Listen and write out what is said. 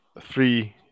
three